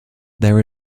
there